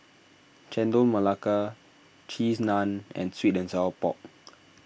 Chendol Melaka Cheese Naan and Sweet and Sour Pork